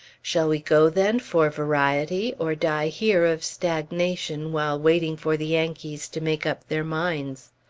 shall we go, then, for variety, or die here of stagnation while waiting for the yankees to make up their minds?